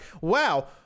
wow